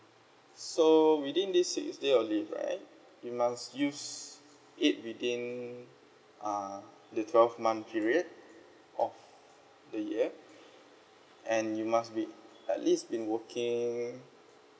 so within this six days of leave right you must use it within uh the twelve month period of the year and you must be at least been working